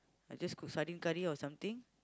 I just cook sardine curry or something